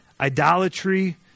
idolatry